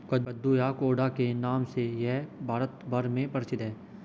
कद्दू या कोहड़ा के नाम से यह भारत भर में प्रसिद्ध है